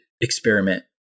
experiment